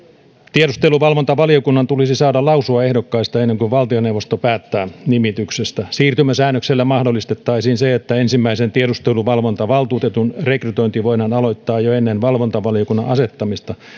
tiedusteluvalvontavaliokunnan tulisi saada lausua ehdokkaista ennen kuin valtioneuvosto päättää nimityksestä siirtymäsäännöksellä mahdollistettaisiin se että ensimmäisen tiedusteluvalvontavaltuutetun rekrytointi voidaan aloittaa jo ennen valvontavaliokunnan asettamista